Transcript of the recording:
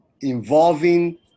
involving